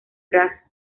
brazo